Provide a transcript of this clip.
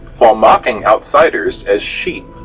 while mocking outsiders as sheep.